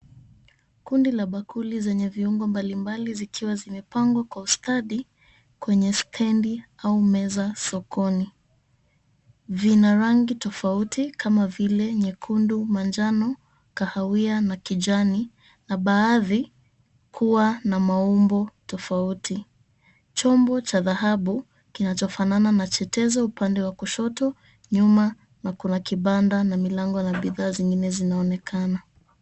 Kundi la bakuli zikiwa zimepangwa kwa ustadi kwenye stendi au meza sokoni vina rangi tofauti kama vile nyekundu, manjano, kahawia na kijani na baadhi kuwa na maumbo tofauti. Chombo cha dhahabu kinachofanana na chendezo nyuma kuna kibanda na milango zinazoonekana.